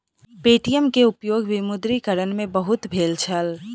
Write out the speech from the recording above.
Paytm के उपयोग विमुद्रीकरण में बहुत भेल छल